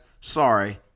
sorry